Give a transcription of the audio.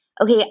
okay